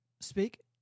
Speak